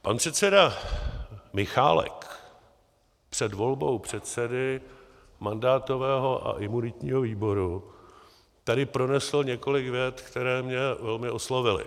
Pan předseda Michálek před volbou předsedy mandátového a imunitního výboru tady pronesl několik vět, které mě velmi oslovily.